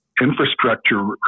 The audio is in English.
infrastructure